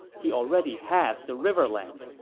he already has the riverlands,